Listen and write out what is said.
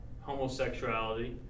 homosexuality